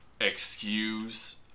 excuse